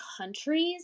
countries